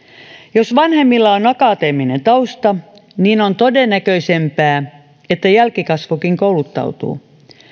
jos vanhemmilla on akateeminen tausta on todennäköisempää että jälkikasvukin kouluttautuu